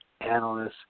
analysts